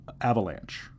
Avalanche